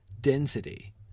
density